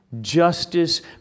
justice